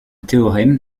théorème